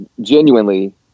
genuinely